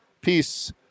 peace